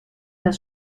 das